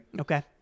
okay